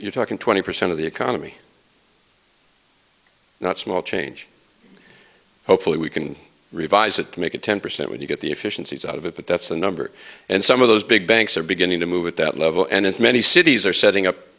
you're talking twenty percent of the economy not small change hopefully we can revise it to make it ten percent when you get the efficiencies out of it but that's the number and some of those big banks are beginning to move at that level and in many cities are setting up